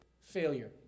failure